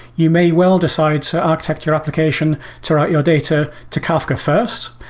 you may well decide to architect your application to write your data to kafka first,